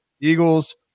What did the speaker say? Eagles